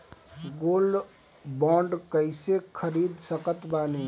Gold bond कईसे खरीद सकत बानी?